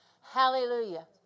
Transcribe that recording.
Hallelujah